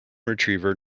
retriever